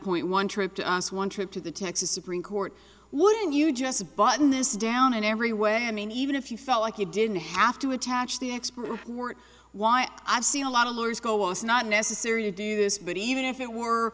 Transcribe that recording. point one trip to us one trip to the texas supreme court wouldn't you just button this down in every way i mean even if you felt like you didn't have to attach the experts weren't why i've seen a lot of lawyers go was not necessary to do this but even if it were